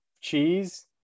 Cheese